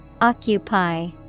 Occupy